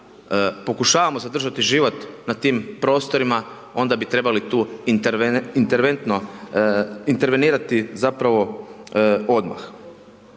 pokušavamo zadržati život na tim prostorima, onda bi trebali tu interventno, intervenirati zapravo odmah.